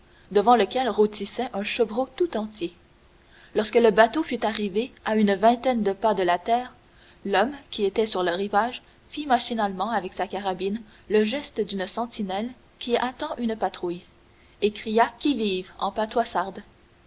devant lequel rôtissait un chevreau tout entier lorsque le bateau fut arrivé à une vingtaine de pas de la terre l'homme qui était sur le rivage fit machinalement avec sa carabine le geste d'une sentinelle qui attend une patrouille et cria qui vive en patois